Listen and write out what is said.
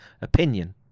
opinion